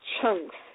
chunks